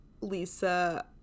Lisa